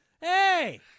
Hey